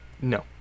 No